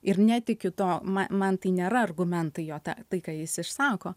ir netikiu to ma man tai nėra argumentai jo ta tai ką jis išsako